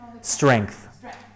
strength